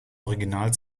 original